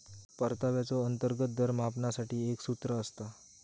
परताव्याचो अंतर्गत दर मापनासाठी एक सूत्र असता